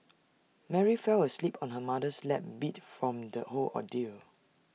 Mary fell asleep on her mother's lap beat from the whole ordeal